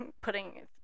putting